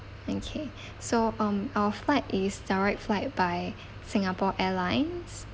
okay so um our flight is direct flight by Singapore Airlines